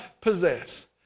possess